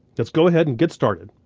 let's go ahead and get started.